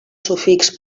sufix